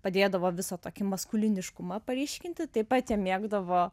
padėdavo visą tokį maskuliniškumą paryškinti taip pat jie mėgdavo